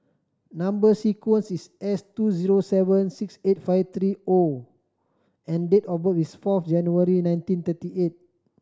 number sequence is S two zero seven six eight five three O and date of birth is four January nineteen thirty eight